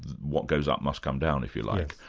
what goes up must come down, if you like,